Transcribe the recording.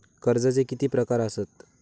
कर्जाचे किती प्रकार असात?